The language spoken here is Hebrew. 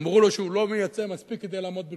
אמרו לו שהוא לא מייצר מספיק כדי לעמוד בקריטריונים,